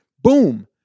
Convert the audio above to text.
Boom